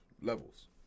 levels